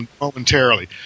momentarily